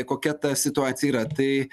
kokia ta situacija yra tai